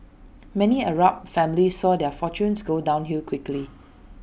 many Arab families saw their fortunes go downhill quickly